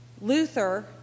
luther